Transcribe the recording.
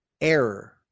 Error